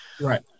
Right